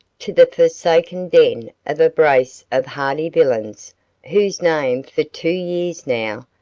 to the forsaken den of a brace of hardy villains whose name for two years now,